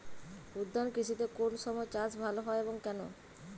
উদ্যান কৃষিতে কোন সময় চাষ ভালো হয় এবং কেনো?